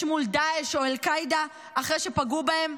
מול דאעש או אל-קאעידה אחרי שפגעו בהם?